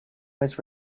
was